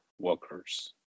workers